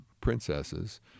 princesses